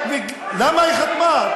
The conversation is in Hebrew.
למה היא חתמה?